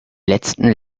letzten